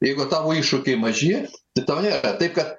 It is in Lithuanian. jeigu tavo iššūkiai maži tai tau nėra taip kad